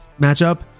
matchup